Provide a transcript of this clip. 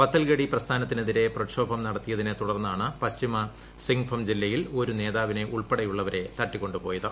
പത്തൽഗഡി പ്രസ്ഥാനത്തിനെതിരെ പ്രക്ഷോഭം നടത്തിയതിനെ തുടർന്നാണ് പശ്ചിമ സിംഗ്ഭം ജില്ലയിൽ ഒരു നേതാവിനെ ഉൾപ്പെടെയുള്ളവരെ തട്ടിക്കൊണ്ടു പോയത്